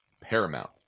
Paramount